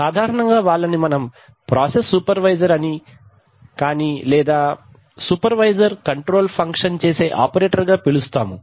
సాధారణంగా వాళ్లని మనం ప్రాసెస్ సూపర్వైజర్ అని కానీ లేదా సూపర్వైజర్ కంట్రోల్ ఫంక్షన్ చేసే ఆపరేటర్ గా పిలుస్తాము